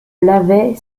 lavait